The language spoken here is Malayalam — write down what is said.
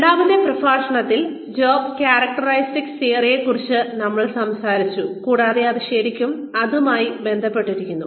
രണ്ടാമത്തെ പ്രഭാഷണത്തിൽ ജോബ് ക്യാരക്ടെറിസ്റ്റിക്സ് തിയറിയെ കുറിച്ച് നമ്മൾ സംസാരിച്ചു കൂടാതെ ഇത് ശരിക്കും അതുമായി ബന്ധപ്പെട്ടിരിക്കുന്നു